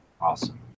awesome